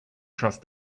trust